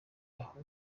aho